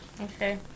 Okay